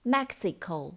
Mexico